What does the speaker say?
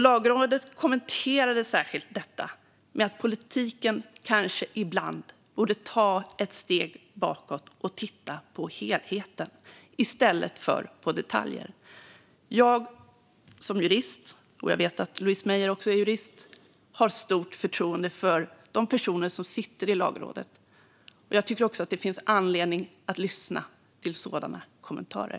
Lagrådet kommenterade särskilt detta med att politiken kanske ibland borde ta ett steg bakåt och titta på helheten i stället för på detaljer. Jag som jurist - jag vet att Louise Meijer också är jurist - har stort förtroende för de personer som sitter i Lagrådet, och jag tycker att det finns anledning att lyssna till sådana kommentarer.